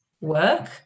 work